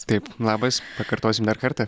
taip labas pakartosim dar kartą